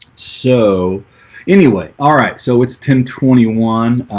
so anyway, all right, so it's ten twenty one.